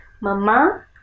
Mama